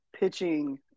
pitching